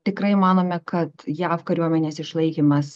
tikrai manome kad jav kariuomenės išlaikymas